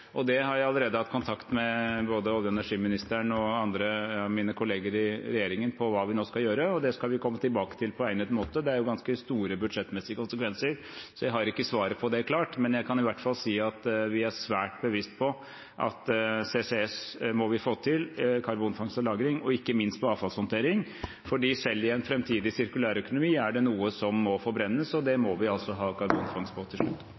har allerede hatt kontakt med både olje- og energiministeren og andre av mine kolleger i regjeringen om hva vi nå skal gjøre, og det skal vi komme tilbake til på egnet måte. Det er ganske store budsjettmessige konsekvenser. Jeg har ikke svaret på det klart, men jeg kan i hvert fall si at vi er svært bevisst på at CCS må vi få til, karbonfangst og -lagring, og ikke minst på avfallshåndtering, for selv i en framtidig sirkulærøkonomi er det noe som må forbrennes, og det må vi ha karbonfangst på til slutt.